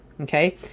Okay